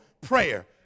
Prayer